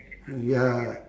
mm ya